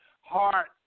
Heart